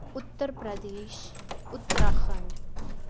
Uttar Pradesh Uttarakhand